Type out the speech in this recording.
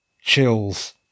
Chills